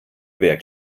wer